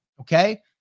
Okay